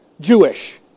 Jewish